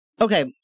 Okay